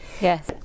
yes